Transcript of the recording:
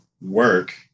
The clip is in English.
work